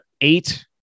Eight